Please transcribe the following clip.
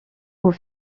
aux